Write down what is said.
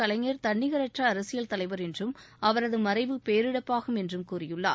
கலைஞர் தன்னிகரற்ற அரசியல் தலைவர் என்றும் அவரது மறைவு பேரிழப்பாகும் என்றும் கூறியுள்ளார்